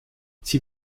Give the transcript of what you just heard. sie